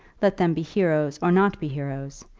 let them be heroes or not be heroes,